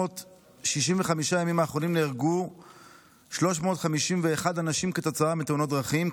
ב-365 הימים האחרונים נהרגו 351 אנשים כתוצאה מתאונות דרכים,